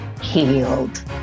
healed